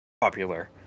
popular